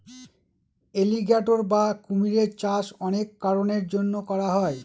alligator বা কুমিরের চাষ অনেক কারনের জন্য করা হয়